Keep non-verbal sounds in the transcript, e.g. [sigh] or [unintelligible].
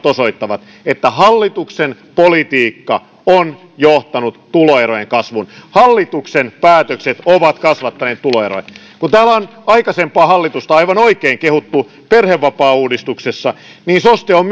[unintelligible] osoittavat että hallituksen politiikka on johtanut tuloerojen kasvuun hallituksen päätökset ovat kasvattaneet tuloeroja kun täällä on aikaisempaa hallitusta aivan oikein kehuttu perhevapaauudistuksesta niin soste on [unintelligible]